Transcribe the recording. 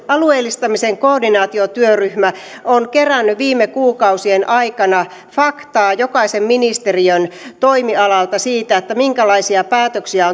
alueellistamisen koordinaatiotyöryhmä on kerännyt viime kuukausien aikana faktaa jokaisen ministeriön toimialalta siitä minkälaisia päätöksiä